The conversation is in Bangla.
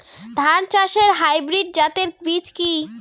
ধান চাষের হাইব্রিড জাতের বীজ কি?